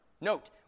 Note